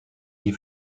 die